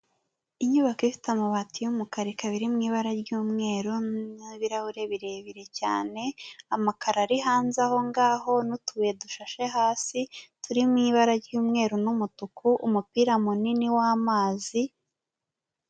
Inyubako ifite amabati y'umukara ikaba iri mu ibara ry'umweru n'ibirahure birebire cyane, amakaro ari hanze aho ngaho n'utubuye dushashe hasi turi mu ibara ry'umweru n'umutuku, umupira munini w'amazi.